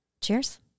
Cheers